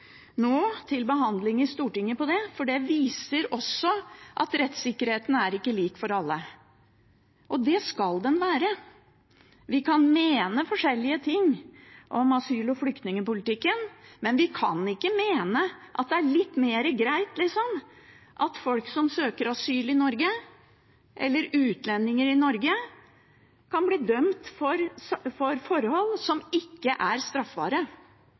for det viser også at rettssikkerheten ikke er lik for alle. Men det skal den være. Vi kan mene forskjellige ting om asyl- og flyktningpolitikken, men vi kan ikke mene at det er litt mer greit at folk som søker asyl i Norge, eller utlendinger i Norge, kan bli dømt for forhold som ikke er straffbare.